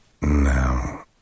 Now